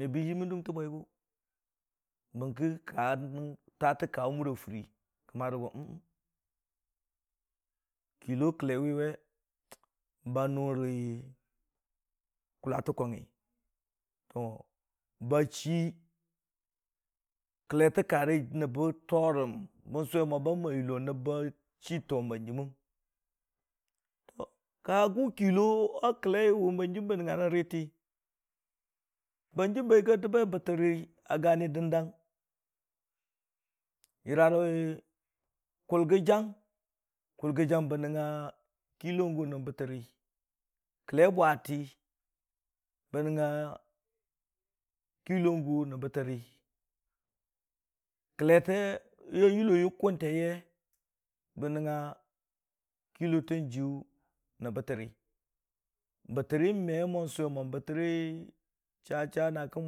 me bən yimən dʊnte bwiyegʊ bəngkə tatɨ ka muri fʊri marə go hət bəngkə kəlle we ba nʊ rə kʊlatəkong ngi, ba chii kəlletə ka rə bə torəm bən sʊwe mo nəb bə to hanjiməng. Ka gʊ kɨllo wa kəllai bə nəngnga rə riiti bangəm ba yɨgii ba dəb be bɨttɨri a gani dəndang, yəra rə kʊlgəjang, kʊlgəjang bə nəngnga kɨllo gʊ nən bɨttɨri kəlle bwate bə nəngnga kɨllon gʊ nən bɨttɨrii, kəllete a yʊllo yə kʊntai ye, bə nəngnga kɨllotang jiyʊ nən bɨttɨrii. Bɨttɨrii me mo sʊwe mo bɨttɨrii cha- cha na kən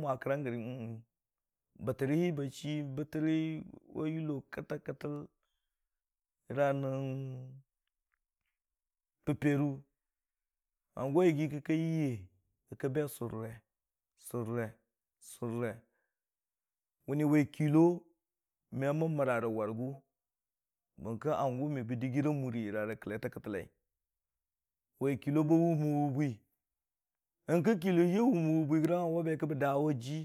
mwaa kʊrang gəri bɨttɨei ba chi bɨttɨri kətəl- kətəl wa yʊlle yəra nən pəpero hangʊ a yəggi kə ka yiye bə sʊrre- sʊrre- sʊrre, mənni wai kɨllo me mən mara warigʊ bəngkə hangʊ mu bə dəggira muri yəra rə kəlleti kətəllai Wai kʊllo ba wʊmmən wʊ bwi, yəngkə kɨllo hi a wʊmmən wʊ bwi gərang bə be ki ba dawa jii.